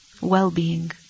Well-being